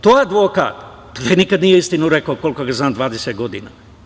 To advokat, pa taj nikad nije istinu rekao koliko ga znam, 20 godina.